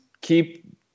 keep